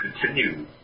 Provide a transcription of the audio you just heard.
continue